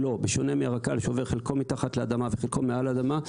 בשונה מהרכ"ל שחלקו עובר מתחת לאדמה וחלקו מעל האדמה,